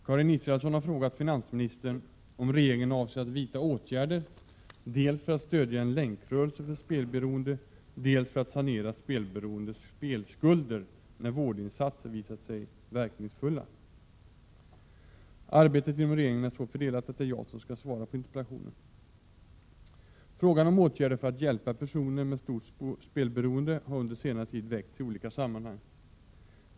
Herr talman! Karin Israelsson har frågat finansministern om regeringen avser att vidta åtgärder dels för att stödja en länkrörelse för spelberoende, dels för att sanera spelberoendes spelskulder när vårdinsatser visat sig verkningsfulla. Arbetet inom regeringen är så fördelat att det är jag som skall svara på interpellationen. Frågan om åtgärder för att hjälpa personer med stort spelberoende har under senare tid väckts i olika sammanhang.